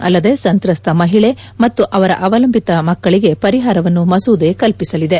ಅಲ್ಲದೆ ಸಂತ್ರಸ್ತ ಮಹಿಳೆ ಮತ್ತು ಅವರ ಅವಲಂಬಿತ ಮಕ್ಕಳಿಗೆ ಪರಿಹಾರವನ್ನು ಮಸೂದೆ ಕಲ್ಪಿಸಲಿದೆ